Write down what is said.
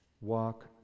Walk